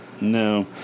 No